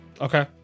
Okay